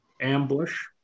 ambush